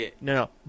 no